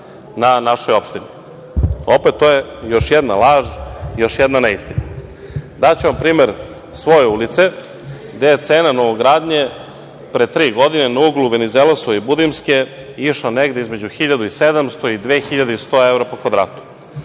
na našoj opštini. Opet, to je još jedna laž, još jedna neistina. Daću vam primer svoje ulice gde je cena novogradnje pre tri godine na uglu Venizelosove i Budimske išla negde izmeu 1.700 i 2.100 evra po kvadratu.